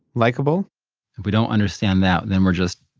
likeable? if we don't understand that then we're just,